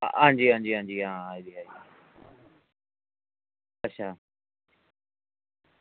हां जी हां जी हां आई गेदे अच्छा